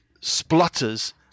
splutters